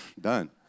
done